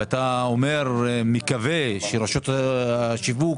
ואתה אומר שאתה מקווה שרשתות השיווק